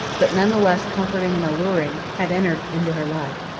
but none the less comforting and alluring, had entered into her life.